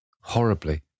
Horribly